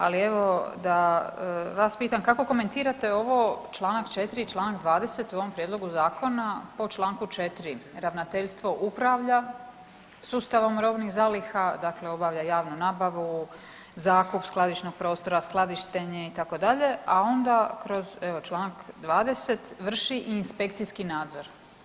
Ali, evo, da vas pitam, kako komentirate ovo, čl. 4 i čl. 20 u ovom prijedlogu Zakona, po čl. 4 Ravnateljstvo upravlja sustavom robnih zaliha, dakle obavlja javnu nabavu, zakup skladišnog prostora, skladištenje, itd., a onda kroz evo, čl. 20 vrši inspekcijski nadzor.